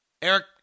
Eric